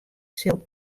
sil